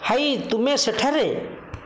ହାଏ ତୁମେ ସେଠାରେ